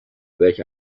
welch